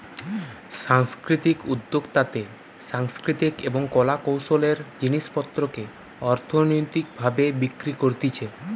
সাংস্কৃতিক উদ্যোক্তাতে সাংস্কৃতিক এবং কলা কৌশলের জিনিস পত্রকে অর্থনৈতিক ভাবে বিক্রি করতিছে